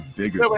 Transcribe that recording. bigger